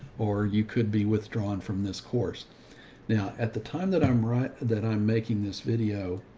or you could be withdrawn from this course now at the time that i'm right, that i'm making this video.